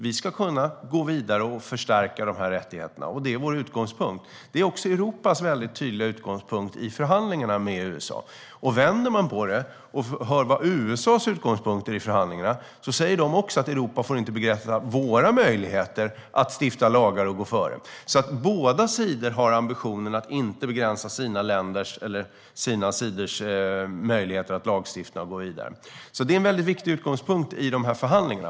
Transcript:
Vi ska kunna gå vidare och förstärka dessa rättigheter, och det är vår utgångspunkt. Det är också Europas väldigt tydliga utgångspunkt i förhandlingarna med USA. Vi kan vända på det och höra vad USA:s utgångspunkt är i förhandlingarna. Där säger man samma sak, nämligen att Europa inte får begränsa USA:s möjligheter att stifta lagar och gå före. Båda sidor har alltså ambitionen att inte begränsa sina möjligheter att lagstifta och så vidare. Det är en viktig utgångspunkt i förhandlingarna.